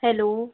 hello